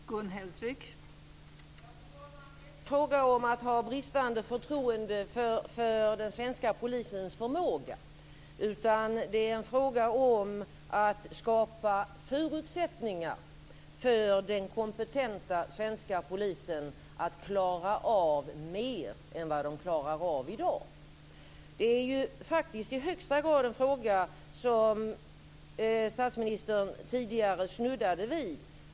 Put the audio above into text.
Fru talman! Det är inte fråga om att ha bristande förtroende för den svenska polisens förmåga, utan det är en fråga om att skapa förutsättningar för den kompetenta svenska polisen att klara av mer än vad den klarar av i dag. Det gäller faktiskt i högsta grad den fråga som statsministern tidigare snuddade vid.